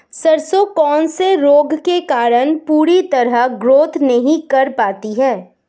सरसों कौन से रोग के कारण पूरी तरह ग्रोथ नहीं कर पाती है?